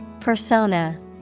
Persona